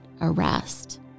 arrest